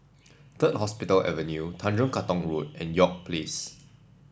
Third Hospital Avenue Tanjong Katong Road and York Place